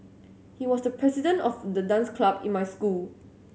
he was the president of the dance club in my school